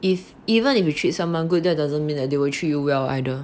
if even if you treat someone good that doesn't mean that they will treat you well either